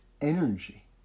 energy